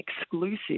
exclusive